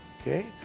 okay